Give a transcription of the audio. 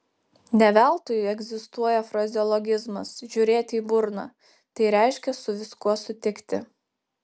ne veltui egzistuoja frazeologizmas žiūrėti į burną tai reiškia su viskuo sutikti